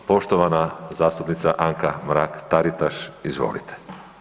Poštovana zastupnica Anka Mrak-Taritaš, izvolite.